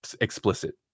explicit